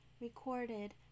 recorded